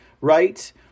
right